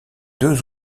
deux